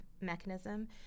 mechanism